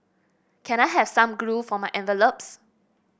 can I have some glue for my envelopes